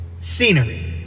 scenery